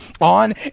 On